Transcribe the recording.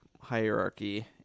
hierarchy